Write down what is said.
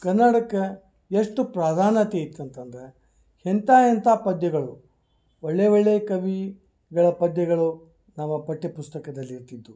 ಕನ್ನಡಕ್ಕೆ ಎಷ್ಟು ಪ್ರಧಾನತೆ ಇತ್ತು ಅಂತಂದ್ರೆ ಎಂಥ ಎಂಥ ಪದ್ಯಗಳು ಒಳ್ಳೆಯ ಒಳ್ಳೆಯ ಕವಿಗಳ ಪದ್ಯಗಳು ನಮ್ಮ ಪಠ್ಯ ಪುಸ್ತಕದಲ್ಲಿ ಇರ್ತಿದ್ದೊ